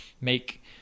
make